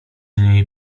niej